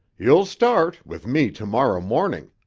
you'll start, with me tomorrow morning.